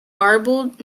garbled